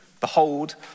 behold